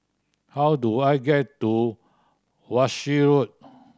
how do I get to Walshe Road